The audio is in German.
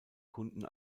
kunden